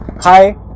Hi